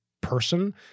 person